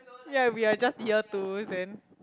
ya we are just year twos then